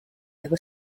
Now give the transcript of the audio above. ever